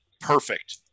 perfect